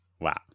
Wow